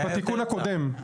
עוד בתיקון הקודם.